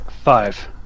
Five